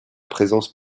présence